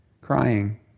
crying